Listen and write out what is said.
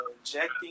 injecting